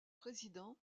président